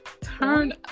turn